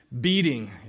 beating